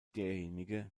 derjenige